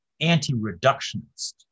anti-reductionist